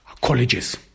colleges